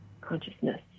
consciousness